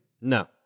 No